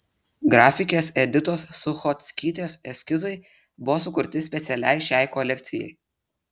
grafikės editos suchockytės eskizai buvo sukurti specialiai šiai kolekcijai